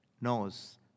knows